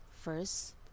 First